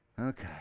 Okay